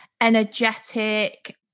energetic